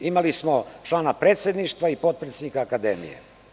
Imali smo člana predsedništva i potpredsednika akademije.